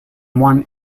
one